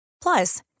Plus